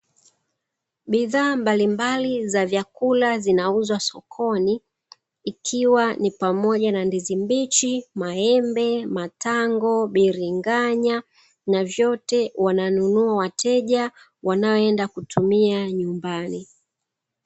Bidhaa mbalimbali za vyakula zinauzwa sokoni ikiwa ni pamoja na ndizi mbichi, maembe, matango, biringanya, na vyote wananunua wateja wanaoenda kutumia nyumbani.